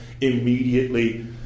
immediately